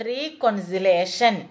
Reconciliation